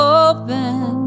open